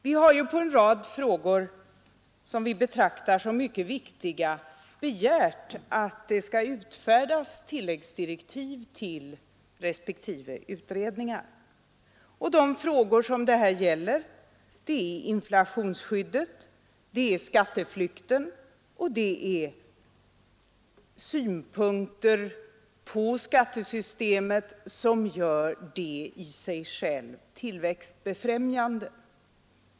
Vi har ju i en rad spörsmål som vi betraktar som mycket viktiga begärt att det skall utfärdas tilläggsdirektiv till respektive utredningar. De frågor som det här gäller är inflationsskyddet, skatteflykten och reformer inom skattesystemet som gör detta i sig självt tillväxtbefrämjande.